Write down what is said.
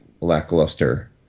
lackluster